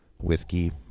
whiskey